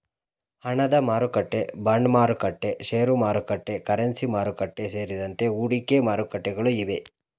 ಹಣದಮಾರುಕಟ್ಟೆ, ಬಾಂಡ್ಮಾರುಕಟ್ಟೆ, ಶೇರುಮಾರುಕಟ್ಟೆ, ಕರೆನ್ಸಿ ಮಾರುಕಟ್ಟೆ, ಸೇರಿದಂತೆ ಹೂಡಿಕೆ ಮಾರುಕಟ್ಟೆಗಳು ಇವೆ